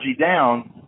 down